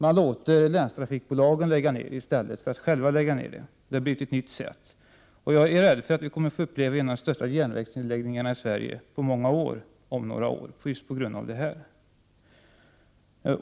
Man låter länstrafikbolagen lägga ned i stället för att själv göra det. Det har blivit en ny metod. Jag är rädd för att vi därför om några år kommer att få uppleva en av de största järnvägsnedläggningarna i Sverige på mycket länge.